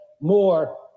more